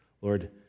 Lord